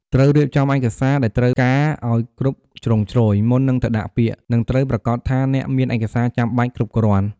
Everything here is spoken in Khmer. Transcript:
ត្រូវរៀបចំឯកសារដែលត្រូវការឲ្យបានគ្រប់ជ្រុងជ្រោយ មុននឹងទៅដាក់ពាក្យ និងត្រូវប្រាកដថាអ្នកមានឯកសារចាំបាច់គ្រប់គ្រាន់។